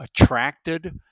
attracted